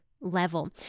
level